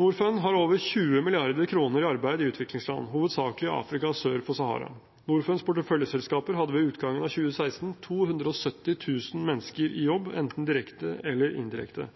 Norfund har over 20 mrd. kr i arbeid i utviklingsland, hovedsakelig i Afrika sør for Sahara. Norfunds porteføljeselskaper hadde ved utgangen av 2016 270 000 mennesker i jobb enten direkte eller indirekte.